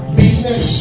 business